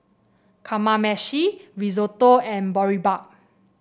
Kamameshi Risotto and Boribap